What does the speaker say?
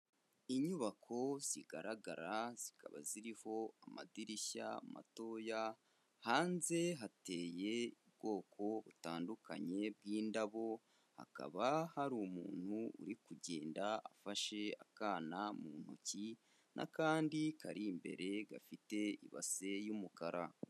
Inyubako zigaragara zikaba ziriho amadirishya matoya, hanze hateye ubwoko butandukanye bw'indabo, hakaba hari umuntu uri kugenda afashe akana mu ntoki n'akandi kari imbere gafite ibase y'umukara.